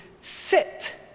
sit